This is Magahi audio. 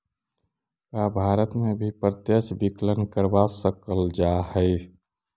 का भारत में भी प्रत्यक्ष विकलन करवा सकल जा हई?